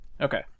Okay